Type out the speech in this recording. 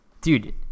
Dude